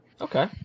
Okay